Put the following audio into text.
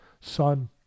son